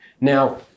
Now